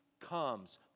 comes